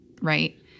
right